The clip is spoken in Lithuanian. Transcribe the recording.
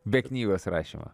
be knygos rašymo